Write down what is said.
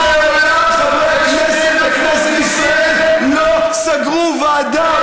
מעולם חברי הכנסת בכנסת ישראל לא סגרו ועדה.